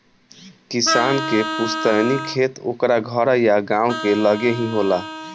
किसान के पुस्तैनी खेत ओकरा घर या गांव के लगे ही होला